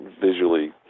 visually